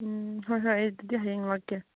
ꯎꯝ ꯍꯣꯏ ꯍꯣꯏ ꯑꯩ ꯑꯗꯨꯗꯤ ꯍꯌꯦꯡ ꯂꯥꯛꯀꯦ